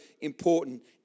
important